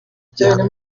igihano